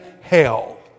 hell